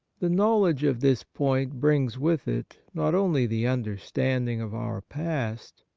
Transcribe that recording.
the knowledge of this point brings with it, not only the understanding of our past,